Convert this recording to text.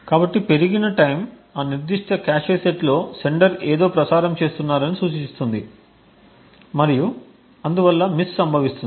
కాబట్టి పెరిగిన సమయం ఆ నిర్దిష్ట కాష్ సెట్లో సెండర్ ఏదో ప్రసారం చేస్తున్నారని సూచిస్తుంది మరియు అందువల్ల మిస్ సంభవించింది